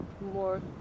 more